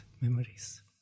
memories